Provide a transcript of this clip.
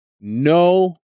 no